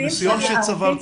הניסיון שצברתם.